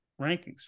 rankings